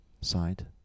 side